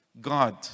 God